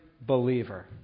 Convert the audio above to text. believer